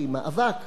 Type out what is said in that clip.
מאבק מזוין,